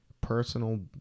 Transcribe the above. personal